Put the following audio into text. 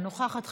אינה נוכחת,